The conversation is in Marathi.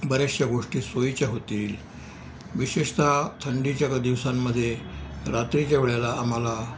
बऱ्याचशा गोष्टी सोयीच्या होतील विशेषतः थंडीच्या दिवसांमध्ये रात्रीच्या वेळेला आम्हाला